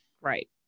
Right